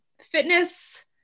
fitness